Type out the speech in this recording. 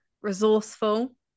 Resourceful